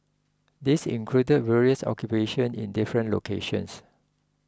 this included various occupations in different locations